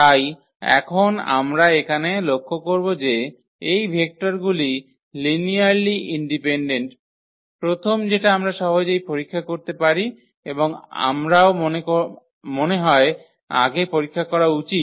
তাই এখন আমরা এখানে লক্ষ্য করব যে এই ভেক্টরগুলি লিনিয়ারলি ইন্ডিপেন্ডেন্ট প্রথম যেটা আমরা সহজেই পরীক্ষা করতে পারি এবং আমাও মনে হয় আগে পরীক্ষা করা উচিত